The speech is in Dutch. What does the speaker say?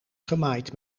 gemaaid